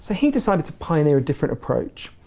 so he decided to pioneer a different approach.